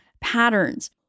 patterns